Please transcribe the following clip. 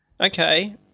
Okay